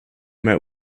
met